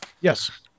Yes